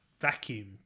vacuum